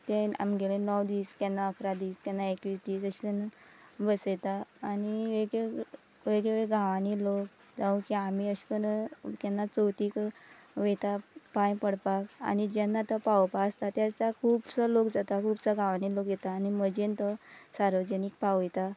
तें आमगेलें णव दीस केन्ना अकरा दीस केन्ना एकवीस दीस अेश कोन्न बसयता आनी वेग वेगवेगळे गांवांनी लोक जावं की आमी अेश कोन्न केन्ना चवथीक वयता पांय पडपाक आनी जेन्ना तो पावोवपा आसता ते दिसा खुबसो लोक जाता खुबसो गांवांनी लोक येता आनी मजेन तो सार्वजनीक पावयता